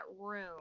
room